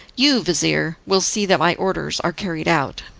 you, vizir, will see that my orders are carried out.